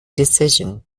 decision